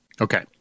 Okay